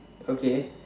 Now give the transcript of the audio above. okay